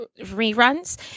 reruns